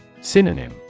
Synonym